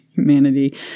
Humanity